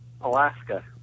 Alaska